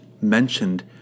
mentioned